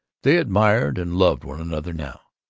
they admired and loved one another now.